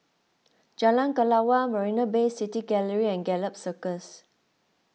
Jalan Kelawar Marina Bay City Gallery and Gallop Circus